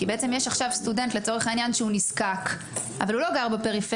כי לצורך העניין יש סטודנט נזקק אבל הוא לא גר בפריפריה,